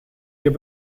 heb